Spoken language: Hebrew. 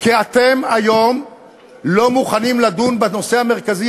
כי אתם היום לא מוכנים לדון בנושא המרכזי.